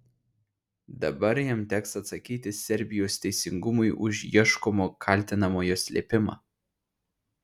dabar jam teks atsakyti serbijos teisingumui už ieškomo kaltinamojo slėpimą